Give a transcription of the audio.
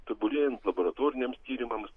tobulėjant laboratoriniams tyrimams